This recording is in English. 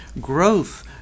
growth